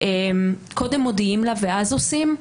שקודם מודיעים לה ואז עושים,